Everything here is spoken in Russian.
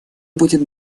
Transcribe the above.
будет